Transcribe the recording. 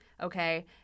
okay